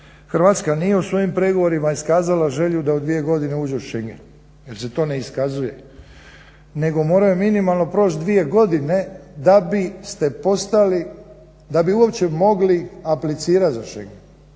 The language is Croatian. Hrvatska nije usvojim pregovorima iskazala želju da u dvije godine uđe u šengen jer se to ne iskazuje, nego moraju minimalno proći dvije godine da bi uopće mogli aplicirati za šengen.